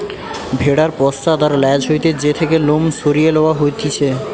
ভেড়ার পশ্চাৎ আর ল্যাজ হইতে যে থেকে লোম সরিয়ে লওয়া হতিছে